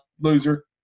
Loser